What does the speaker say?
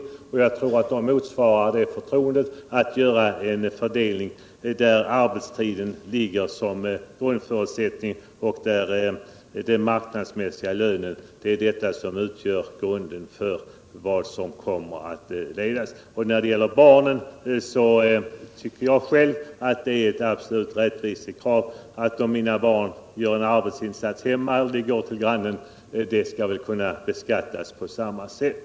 Likaså anser jag att egenföretagarna motsvarar mitt förtroende i detta avseende och gör en riktig fördelning, där arbetstiden ligger som en grundförutsättning och den marknadsmässiga lönen ligger till grund för fördelningen. Vad sedan barnen beträffar anser jag det är ett rättvisekrav att de, oavsett om de gör en arbetsinsats hemma eller hos grannen, skall beskattas på samma sätt.